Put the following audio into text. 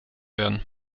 werden